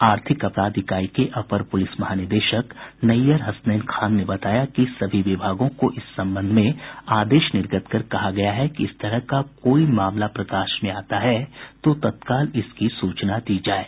आर्थिक अपराध इकाई के अपर प्रलिस महानिदेशक नैय्यर हसनैन खान ने बताया कि सभी विभागों को इस संबंध में आदेश निर्गत कर कहा गया है कि इस तरह का कोई मामला प्रकाश में आता है तो तत्काल इसकी सूचना दी जाये